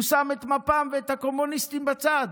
הוא שם את מפ"ם ואת הקומוניסטים בצד.